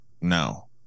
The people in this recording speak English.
no